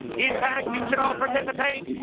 in fact, you should all participate